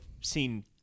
seen